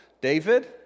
David